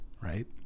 right